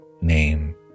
Name